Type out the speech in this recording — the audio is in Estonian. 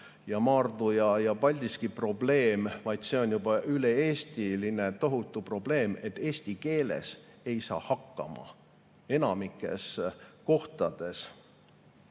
Maardu ja Paldiski probleem, vaid see on juba tohutu üle-eestiline probleem, et eesti keeles ei saa hakkama enamikus kohtades.